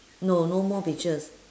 no no more pictures